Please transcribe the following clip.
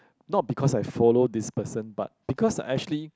not because I follow this person but because I actually